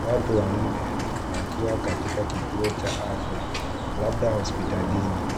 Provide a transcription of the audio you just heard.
Watu wanne wakiwa katika kituo cha, labda hospitalini.